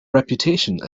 reputation